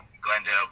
Glendale